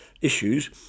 issues